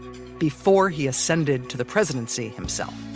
before he ascended to the presidency himself